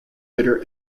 bitter